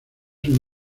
son